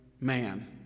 man